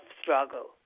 struggle